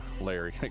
larry